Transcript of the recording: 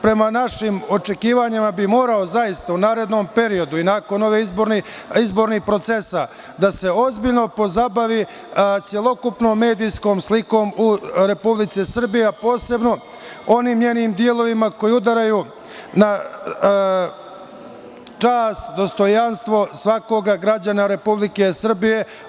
Prema našim očekivanjima REM bi morao zaista u narednom periodu i nakon ovih izbornih procesa da se ozbiljno pozabavi celokupnom medijskom slikom u Republici Srbiji, a posebno onim njenim delovima koji udaraju na čast, dostojanstvo svakog građanina Republike Srbije.